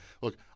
Look